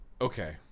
Okay